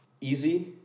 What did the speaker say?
easy